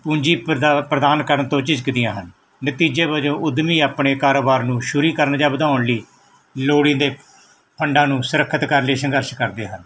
ਪੂੰਜੀ ਪ੍ਰਦਾਨ ਪ੍ਰਦਾਨ ਕਰਨ ਤੋਂ ਝਿਜਕਦੀਆਂ ਹਨ ਨਤੀਜੇ ਵਜੋਂ ਉਦਮੀ ਆਪਣੇ ਕਾਰੋਬਾਰ ਨੂੰ ਸ਼ੁਰੂ ਕਰਨ ਜਾਂ ਵਧਾਉਣ ਲਈ ਲੋੜੀਂਦੇ ਫੰਡਾਂ ਨੂੰ ਸੁਰੱਖਿਅਤ ਕਰਨ ਲਈ ਸੰਘਰਸ਼ ਕਰਦੇ ਹਨ